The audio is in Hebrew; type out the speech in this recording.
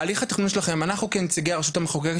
בהליך התכנון שלכם אנחנו כנציגי הרשות המחוקקת,